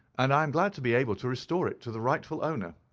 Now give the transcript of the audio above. and i am glad to be able to restore it to the rightful owner.